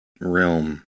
realm